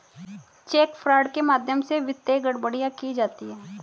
check fraud के माध्यम से वित्तीय गड़बड़ियां की जाती हैं